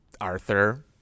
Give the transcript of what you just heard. Arthur